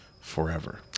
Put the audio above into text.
forever